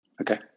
Okay